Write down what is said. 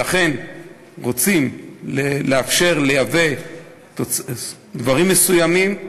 לכן רוצים לאפשר לייבא דברים מסוימים,